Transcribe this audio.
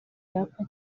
yapfa